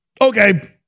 okay